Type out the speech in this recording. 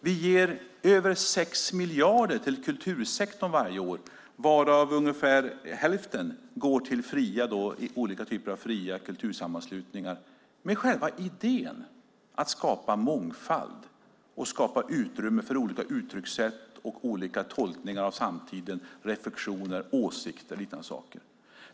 Vi ger över 6 miljarder till kultursektorn varje år, varav ungefär hälften går till olika typer av fria kultursammanslutningar, med själva idén att skapa mångfald och skapa utrymme för olika uttryckssätt, tolkningar av samtiden, reflexioner, åsikter och liknande.